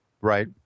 right